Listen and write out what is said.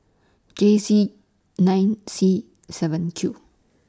J Z nine C seven Q